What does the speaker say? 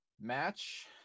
match